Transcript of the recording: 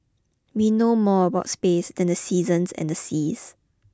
we know more about space than the seasons and the seas